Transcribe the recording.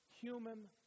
Human